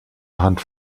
hand